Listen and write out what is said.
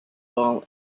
ball